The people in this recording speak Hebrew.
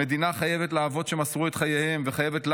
המדינה חייבת לאבות שמסרו את חייהם וחייבת לנו,